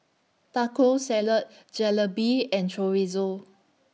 Taco Salad Jalebi and Chorizo